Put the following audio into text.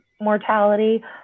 mortality